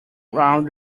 round